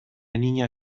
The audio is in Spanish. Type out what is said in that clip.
niña